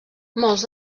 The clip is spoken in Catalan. molts